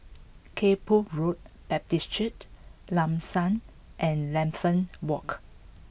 Kay Poh Road Baptist Church Lam San and Lambeth Walk